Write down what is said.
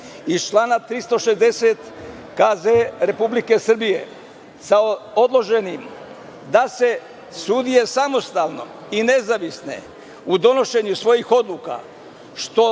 iz člana 360. KZ Republike Srbije, sa odloženim da su sudije samostalne i nezavisne u donošenju svojih odluka, što